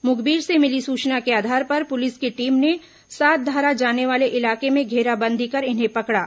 मुखबिर से मिली सूचना के आधार पर पुलिस की टीम ने सातधारा जाने वाले इलाके में घेराबंदी कर इन्हें पकड़ा